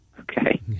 okay